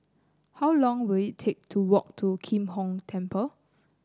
how long will it take to walk to Kim Hong Temple